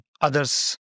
others